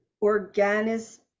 Organism